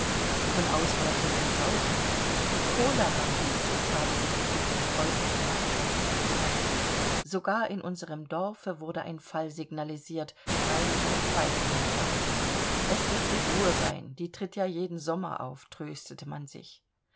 von ausbrechenden seuchen die cholera hieß es habe sich unter den preußischen mannschaften gezeigt sogar in unserem dorfe wurde ein fall signalisiert freilich ein zweifelhafter es wird die ruhr sein die tritt ja jeden sommer auf tröstete man sich